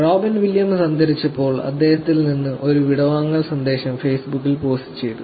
Robin Williams അന്തരിച്ചപ്പോൾ അദ്ദേഹത്തിൽ നിന്ന് ഒരു വിടവാങ്ങൽ സന്ദേശം ഫേസ്ബുക്കിൽ പോസ്റ്റ് ചെയ്തു